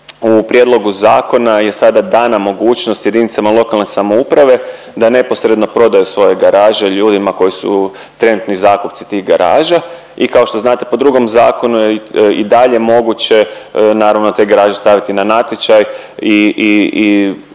u prijedlogu zakona je sada dana mogućnost JLS da neposredno prodaju svoje garaže ljudima koji su trenutno i zakupci tih garaža i kao što znate po drugom zakonu je i dalje moguće naravno te garaže staviti na natječaj i, i, i